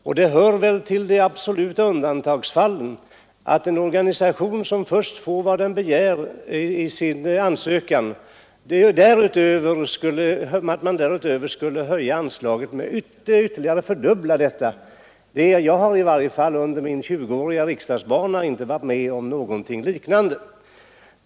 Det hör väl till de absoluta undantagsfallen att en organisation, som får vad den begär i sin ansökan, därutöver skulle få en fördubbling av sitt anslag. I varje fall har jag under min 20-åriga riksdagsbana inte varit med om någonting liknande.